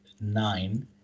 nine